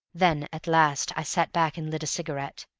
then at last i sat back and lit a cigarette,